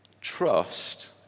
Trust